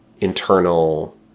internal